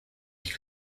ich